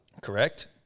Correct